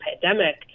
pandemic